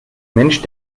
mensch